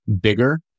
bigger